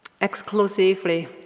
exclusively